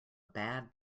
bad